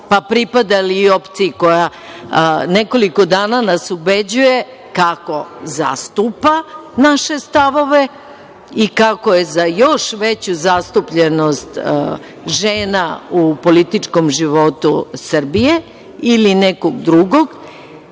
pa pripadali i opciji koja nas nekoliko dana ubeđuje kako zastupa naše stavove i kako je za još veću zastupljenost žena u političkom životu Srbije ili nekog drugog,